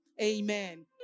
amen